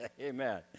Amen